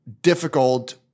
difficult-